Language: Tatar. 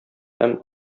һәм